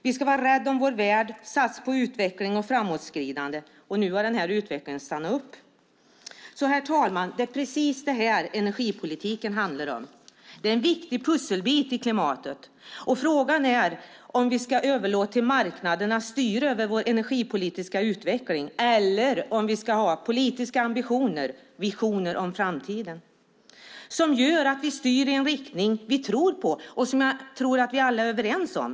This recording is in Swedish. Vi ska vara rädda om vår värld och satsa på utveckling och framåtskridande. Nu har den utvecklingen stannat upp. Herr talman! Det är precis det här energipolitiken handlar om. Det är en viktig pusselbit i klimatet. Frågan är om vi ska överlåta till marknaden att styra över vår energipolitiska utveckling eller om vi ska ha politiska ambitioner och visioner om framtiden som gör att vi styr i en riktning vi tror på och som jag tror att vi alla är överens om.